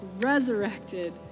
resurrected